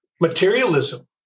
Materialism